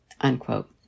unquote